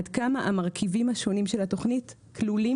עד כמה המרכיבים השונים של התוכנית כלולים